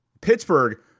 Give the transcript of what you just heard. Pittsburgh